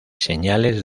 señales